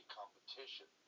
competition